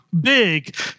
big